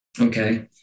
Okay